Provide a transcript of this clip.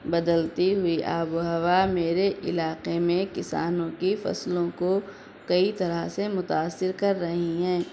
بدلتی ہوئی آب و ہوا میرے علاقے میں کسانوں کی فصلوں کو کئی طرح سے متأثر کر رہی ہیں